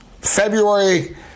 February